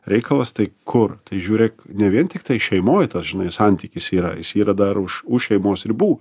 reikalas tai kur tai žiūrėk ne vien tiktai šeimoj tas žinai santykis yra jis yra dar už už šeimos ribų